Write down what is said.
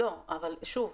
אבל שוב,